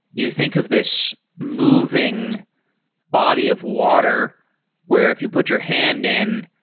you think of this moving body of water where if you put your hand in,